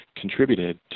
contributed